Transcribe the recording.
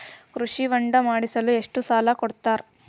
ಕೃಷಿ ಹೊಂಡ ಮಾಡಿಸಲು ಎಷ್ಟು ಸಾಲ ಕೊಡ್ತಾರೆ?